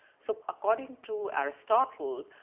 so according to aristotle,